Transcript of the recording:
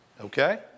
Okay